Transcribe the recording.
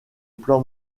plan